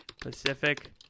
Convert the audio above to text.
Pacific